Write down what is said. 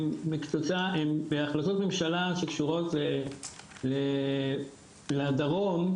אני רוצה גם לדבר על תופעה ועל ההשלכות שלה שלא פחות מהפשיעה ומהרצח,